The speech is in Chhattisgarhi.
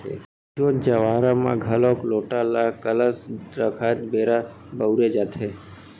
जोत जँवारा म घलोक लोटा ल कलस रखत बेरा बउरे जाथे